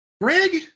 Greg